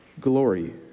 glory